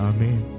Amen